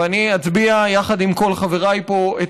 ואני אצביע יחד עם כל חבריי פה,